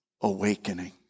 awakening